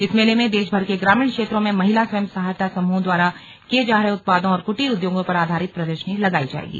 इस मेले मे देश भर के ग्रामीण क्षेत्रों में महिला स्वयं सहायता समूहों द्वारा किये जा रहे उत्पादों और क्टीर उद्योगों पर आधारित प्रदर्शनी लगाई जायेगी